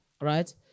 Right